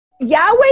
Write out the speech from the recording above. Yahweh